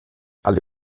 alle